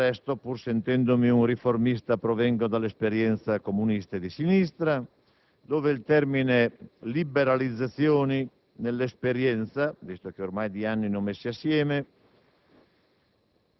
Del resto, pur sentendomi un riformista, provengo dall'esperienza comunista e di sinistra dove il termine liberalizzazioni nell'esperienza maturata - visto che di anni ne ho messi assieme